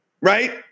Right